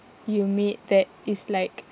you made that is like